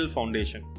Foundation